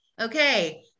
okay